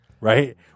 Right